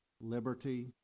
liberty